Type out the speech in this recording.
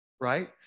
Right